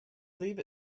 leave